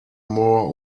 more